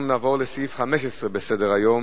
אנחנו נעבור לסעיף 15 בסדר-היום,